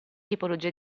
tipologie